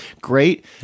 great